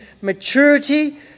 maturity